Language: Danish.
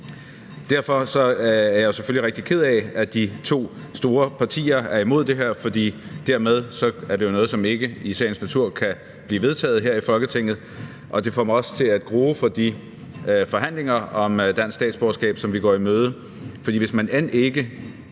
Derfor er jeg selvfølgelig rigtig ked af, at de to store partier er imod det her, for dermed er det jo noget, som i sagens natur ikke kan blive vedtaget her i Folketinget. Det får mig også til at grue for de forhandlinger om dansk statsborgerskab, som vi går i møde,